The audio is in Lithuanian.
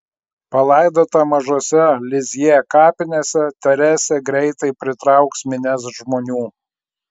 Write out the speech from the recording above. palaidota mažose lizjė kapinėse teresė greitai pritrauks minias žmonių